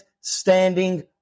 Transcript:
standing